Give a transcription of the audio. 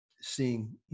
seeing